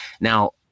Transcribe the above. now